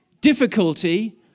difficulty